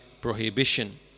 prohibition